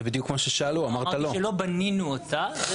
אמרתי שלא בנינו אותה.